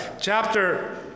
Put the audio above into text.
Chapter